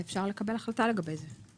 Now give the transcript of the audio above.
אפשר לקבל החלטה לגבי זה.